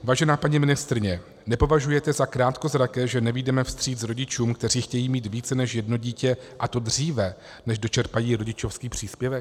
Vážená paní ministryně, nepovažujete za krátkozraké, že nevyjdeme vstříc rodičům, kteří chtějí mít víc než jedno dítě, a to dříve, než dočerpají rodičovský příspěvek?